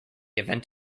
event